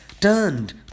turned